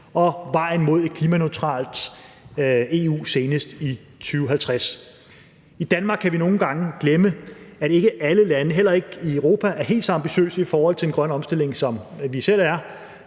og vejen mod et klimaneutralt EU senest i 2050. I Danmark kan vi nogle gange glemme, at ikke alle lande, heller ikke i Europa, er helt så ambitiøse i forhold til den grønne omstilling, som vi selv er.